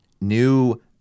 new